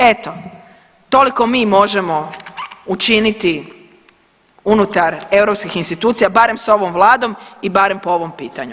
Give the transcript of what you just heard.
Eto, toliko mi možemo učiniti unutar europskih institucija barem s ovom vladom i barem po ovom pitanju.